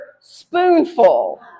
spoonful